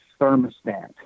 thermostat